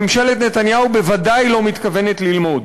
ממשלת נתניהו בוודאי לא מתכוונת ללמוד.